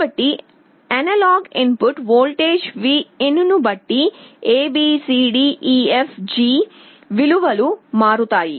కాబట్టి analog input voltage Vin ను బట్టి A B C D E F G విలువలు మారుతాయి